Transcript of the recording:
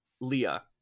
Leah